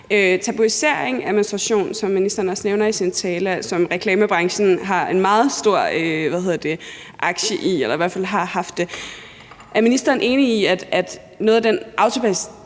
tabuisering af menstruation, som ministeren også nævner i sin tale, som reklamebranchen har en meget stor aktie i – eller i hvert fald har